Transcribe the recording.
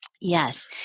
Yes